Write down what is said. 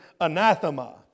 anathema